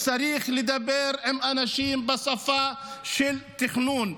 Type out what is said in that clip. צריך לדבר עם אנשים בשפה של תכנון.